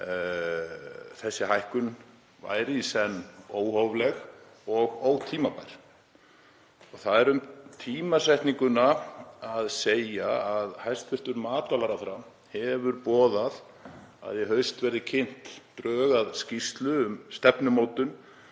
að hækkunin væri í senn óhófleg og ótímabær. Það er um tímasetninguna að segja að hæstv. matvælaráðherra hefur boðað að í haust verði kynnt drög að skýrslu um stefnumótun